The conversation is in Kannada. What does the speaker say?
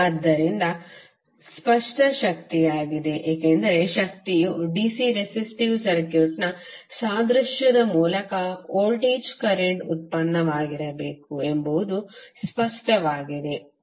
ಆದ್ದರಿಂದ ಇದು ಸ್ಪಷ್ಟ ಶಕ್ತಿಯಾಗಿದೆ ಏಕೆಂದರೆ ಶಕ್ತಿಯು ಡಿಸಿ ರೆಸಿಸ್ಟಿವ್ ಸರ್ಕ್ಯೂಟ್ನ ಸಾದೃಶ್ಯದ ಮೂಲಕ ವೋಲ್ಟೇಜ್ ಕರೆಂಟ್ ಉತ್ಪನ್ನವಾಗಿರಬೇಕು ಎಂಬುದು ಸ್ಪಷ್ಟವಾಗಿದೆ